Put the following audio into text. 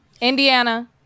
Indiana